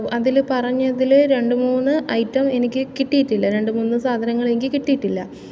അതിൽ പറഞ്ഞതിൽ രണ്ട് മൂന്ന് ഐറ്റം എനിക്ക് കിട്ടിയിട്ടില്ല രണ്ട് മൂന്ന് സാധനങ്ങൾ എനിക്ക് കിട്ടിയിട്ടില്ല